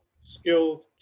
skilled